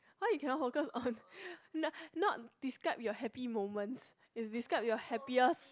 why you cannot focus on not describe your happy moments is describe your happiest